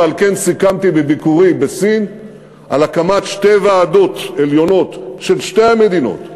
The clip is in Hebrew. ועל כן סיכמתי בביקורי בסין על הקמת שתי ועדות עליונות של שתי המדינות,